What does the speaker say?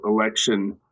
election